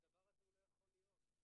הדבר הזה לא יכול להיות.